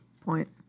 point